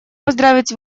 поздравить